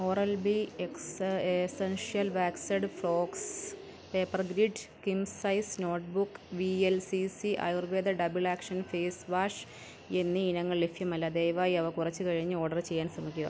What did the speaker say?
oral B X essential waxed floss paper grid king size notebook V L C C Ayurveda double action face wash എന്നീ ഇനങ്ങൾ ലഭ്യമല്ല ദയവായി അവ കുറച്ച് കഴിഞ്ഞ് ഓഡർ ചെയ്യാൻ ശ്രമിക്കുക